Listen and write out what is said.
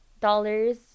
dollars